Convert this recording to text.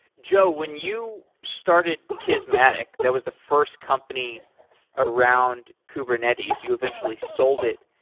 joe, when you started kismatic, that was the first company around kubernetes. you eventually sold it.